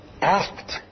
act